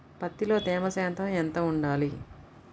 పత్తిలో తేమ శాతం ఎంత ఉండాలి?